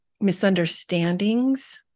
misunderstandings